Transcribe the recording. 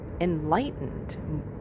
enlightened